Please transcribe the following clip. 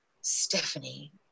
Stephanie